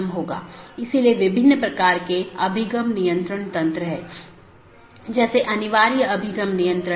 इसलिए पथ को गुणों के प्रकार और चीजों के प्रकार या किस डोमेन के माध्यम से रोका जा रहा है के रूप में परिभाषित किया गया है